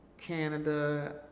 Canada